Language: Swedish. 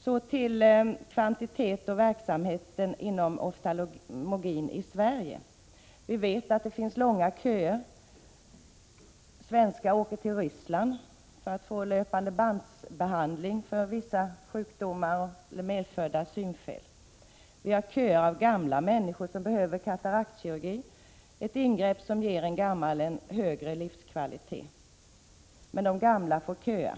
Så till omfånget på verksamheten inom oftalmologin i Sverige. Vi vet att det finns långa köer. Svenskar åker till Ryssland för att få löpande bands-behandling för vissa sjukdomar eller medfödda synfel. Vi har köer av gamla människor som behöver kataraktkirurgi, ett ingrepp som ger en gammal människa en högre livskvalitet. Men de gamla får köa.